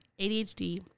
ADHD